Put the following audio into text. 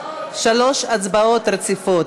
שלוש הצבעות רציפות.